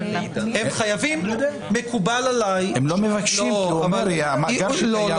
הם לא מבקשים, כי הוא אומר שהמאגר שקיים מספיק.